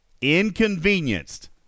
inconvenienced